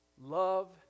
Love